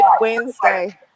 Wednesday